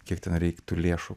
kiek ten reik tų lėšų